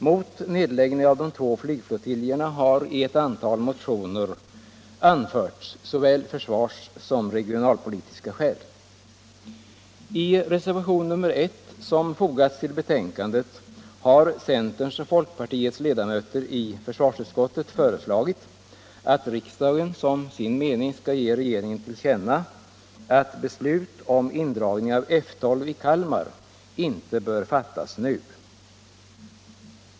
Mot nedläggning av de två flygflottiljerna har i ett antal motioner anförts såväl försvarssom regionalpolitiska skäl. I reservation nr 1, som fogats till betänkandet, har centerns och folkpartiets ledamöter i försvarsutskottet föreslagit att riksdagen som sin mening skall ge regeringen till känna att beslut om indragning av F 12 i Kalmar inte bör fattas nu.